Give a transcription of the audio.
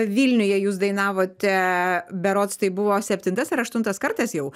vilniuje jūs dainavote berods tai buvo septintas ar aštuntas kartas jau